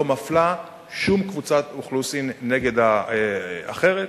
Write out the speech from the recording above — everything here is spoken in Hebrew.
לא מפלה שום קבוצת אוכלוסין נגד אחרת.